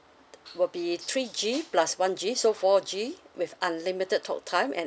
will be three G plus one G so four G with unlimited talk time and